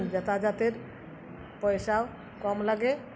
যাতযাতের পয়সাও কম লাগে